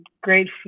great